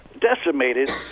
decimated